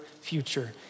future